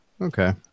okay